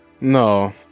no